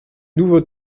nouveaux